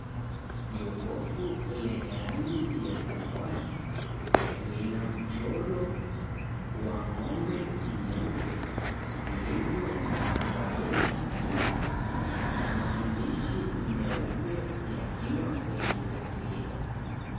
Jokofu lenye rangi ya samawati, lina mchoro wa ng'ombe nyeupe zilizo na madoadoa meusi na maandishi meupe yakiwa kwenye jokofu hilo.